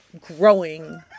growing